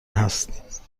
هست